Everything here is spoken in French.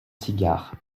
cigare